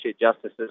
justices